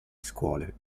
scuole